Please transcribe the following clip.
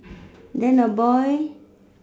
then a boy